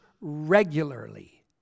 regularly